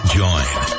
join